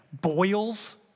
boils